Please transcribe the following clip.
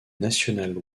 national